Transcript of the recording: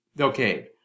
Okay